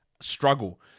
struggle